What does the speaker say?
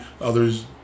others